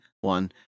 one